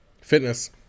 Fitness